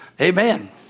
amen